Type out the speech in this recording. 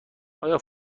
آیا